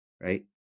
right